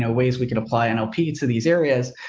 ah ways we can apply and pizza these areas.